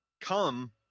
come